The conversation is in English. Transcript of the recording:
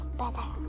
better